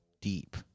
deep